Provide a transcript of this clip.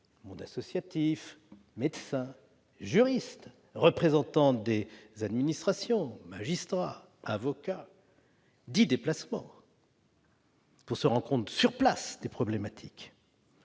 monde associatif, médecins, juristes, représentants des administrations, magistrats, avocats -et à dix déplacements, pour se rendre compte sur place des problématiques.